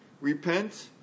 repent